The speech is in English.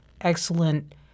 excellent